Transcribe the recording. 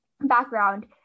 background